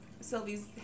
Sylvie's